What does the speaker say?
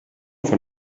von